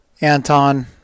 anton